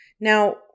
Now